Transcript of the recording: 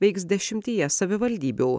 veiks dešimtyje savivaldybių